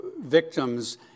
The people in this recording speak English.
victims